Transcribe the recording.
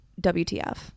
WTF